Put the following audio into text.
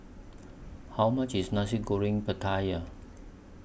How much IS Nasi Goreng Pattaya